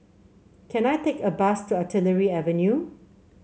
can I take a bus to Artillery Avenue